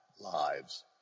Lives